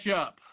up